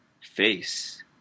face